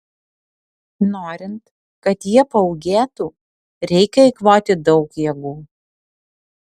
norint kad jie paūgėtų reikia eikvoti daug jėgų